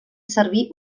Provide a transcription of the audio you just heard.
servir